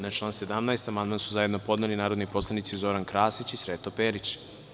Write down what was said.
Na član 17. amandman su zajedno podneli narodni poslanici Zoran Krasić i Sreto Perić.